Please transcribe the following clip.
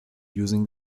using